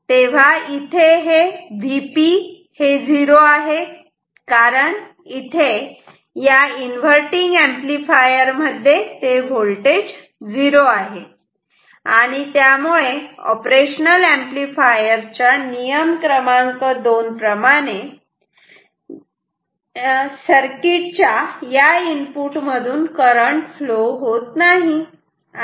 तेव्हा इथे Vp 0 आहे कारण इथे या इन्वर्तींग अंपलिफायर मध्ये ते व्होल्टेज झिरो आहे आणि त्यामुळे ऑपरेशन एंपलीफायर च्या नियम क्रमांक 2 प्रमाणे सर्किट च्या या इनपुट मधून करंट फ्लो होत नाही